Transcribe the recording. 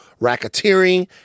racketeering